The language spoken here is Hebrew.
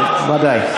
כן, ודאי.